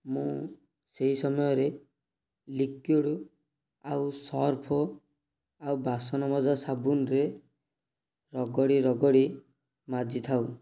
ମୁଁ ସେହି ସମୟରେ ଲିକ୍ୱିଡ଼ ଆଉ ସର୍ଫ ଆଉ ବାସନ ମଜା ସାବୁନରେ ରଗଡ଼ି ରଗଡ଼ି ମାଜିଥାଉ